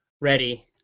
ready